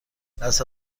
لثه